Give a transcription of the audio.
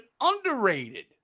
underrated